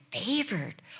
favored